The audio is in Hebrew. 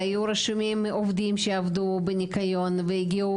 היו רשומים עובדים שעבדו בניקיון והגיעו